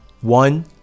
One